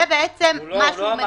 זה מה שהוא מנסה לומר.